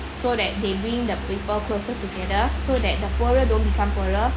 so that they bring the people closer together so that the poorer don't become poorer